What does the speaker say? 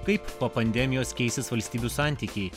kaip po pandemijos keisis valstybių santykiai